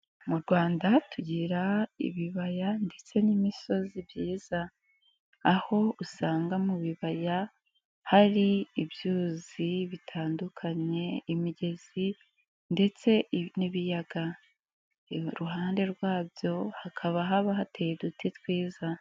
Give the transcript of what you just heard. Mu rwanda tugira ibibaya ndetse n'imisozi byiza, aho usanga mu bibaya hari ibyuzi bitandukanye, imigezi, ndetse n'ibiyaga, iruhande rwabyo hakaba haba hateye uduti twiza.